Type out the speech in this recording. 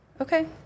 Okay